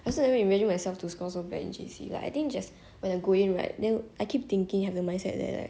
that's why never imagine myself to score so badly in J_C like I just when I go in right then I keep thinking have a mindset that I like